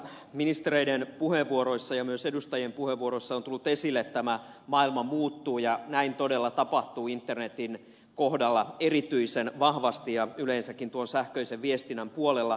ministereiden puheenvuoroissa ja myös edustajien puheenvuoroissa on tullut esille että maailma muuttuu ja näin todella tapahtuu internetin kohdalla erityisen vahvasti ja yleensäkin tuon sähköisen viestinnän puolella